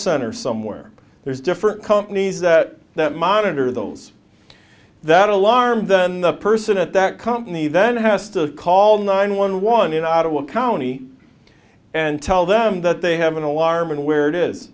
center somewhere there's different companies that that monitor those that alarm then the person at that company then has to call nine one one in ottawa county and tell them that they have an alarm and where it is